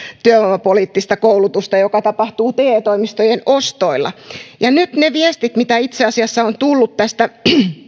työvoimapoliittista koulutusta joka tapahtuu te toimistojen ostoilla nyt ne viestit mitä itse asiassa on tullut